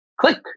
click